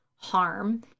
harm